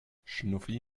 schnuffi